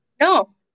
no